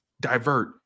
divert